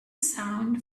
sound